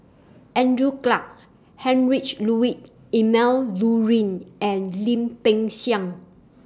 Andrew Clarke Heinrich Ludwig Emil Luering and Lim Peng Siang